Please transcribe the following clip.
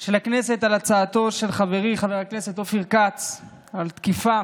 של הכנסת הצעתו של חברי חבר הכנסת אופיר כץ על תקיפה